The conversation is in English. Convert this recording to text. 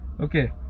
Okay